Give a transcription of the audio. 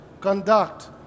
conduct